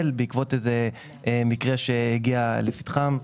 אנחנו בעתיד מקווים להביא לכם גם את